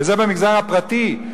וזה במגזר הפרטי,